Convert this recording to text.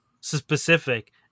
specific